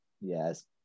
yes